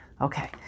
Okay